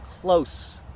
close